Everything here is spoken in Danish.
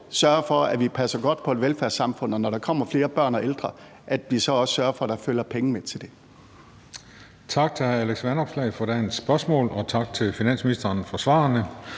sørger for, at vi passer godt på et velfærdssamfund, og når der kommer flere børn og ældre, sørger vi så også for, at der følger penge med til det. Kl. 13:17 Den fg. formand (Christian Juhl): Tak til hr. Alex Vanopslagh for dagens spørgsmål, og tak til finansministeren for svarene.